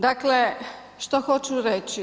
Dakle, što hoću reći?